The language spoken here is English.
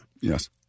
Yes